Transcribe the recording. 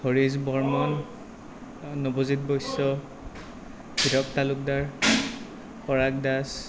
Harish Barman Nabajit Baishya Hirak Talukdar Parag Das